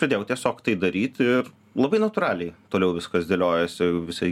todėl tiesiog tai daryt ir labai natūraliai toliau viskas dėliojasi visai